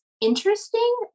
interesting